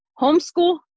homeschool